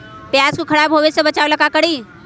प्याज को खराब होय से बचाव ला का करी?